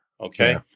Okay